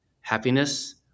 happiness